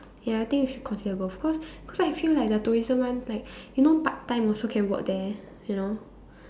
ya I think you should consider both cause cause I feel like the tourism one like you know part time also can work there you know